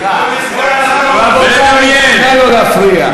נא לא להפריע.